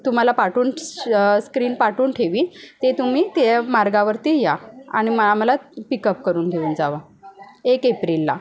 तुम्हाला पाठवून स्क्रीन पाठवून ठेवीन ते तुम्ही त्या मार्गावरती या आणि म आम्हाला पिकअप करून घेऊन जावा एक एप्रिलला